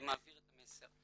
מעביר את המסר.